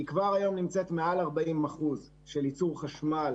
נמצאת כבר היום עם מעל 40% של ייצור חשמל